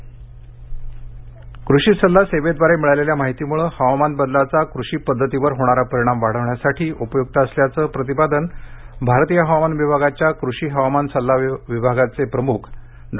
कृषी हवामान सल्ला कृषि सल्ला सेवेद्वारे मिळालेल्या माहितीमुळे हवामान बदलाचा कृषि पध्दतीवर होणारा परिणाम वाढविण्यासाठी उपय्क्त असल्याचे प्रतिपादन आरतीय हवामान विभागाच्या कृषि हवामान सल्ला सेवा विभागाचे प्रमुख डॉ